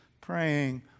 praying